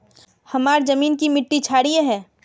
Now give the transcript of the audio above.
हमार जमीन की मिट्टी क्षारीय है?